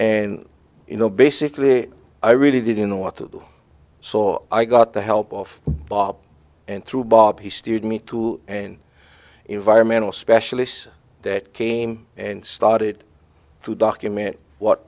and you know basically i really didn't know what to do so i got the help of bob and through bob he steered me to an environmental specialist that came and started to document what